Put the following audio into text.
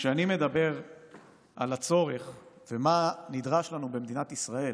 מדבר על הצורך ומה נדרש לנו במדינת ישראל